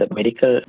Medical